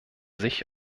sich